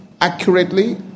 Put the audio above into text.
accurately